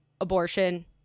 abortion